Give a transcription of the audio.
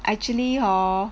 actually hor